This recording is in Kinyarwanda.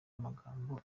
amagambo